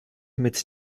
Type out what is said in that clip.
mit